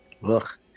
look